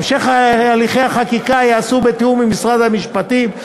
המשך הליכי החקיקה ייעשה בתיאום עם משרד המשפטים,